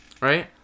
right